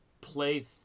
play